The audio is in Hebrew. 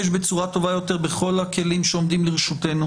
בצורה טובה יותר בכל הכלים שעומדים לרשותנו.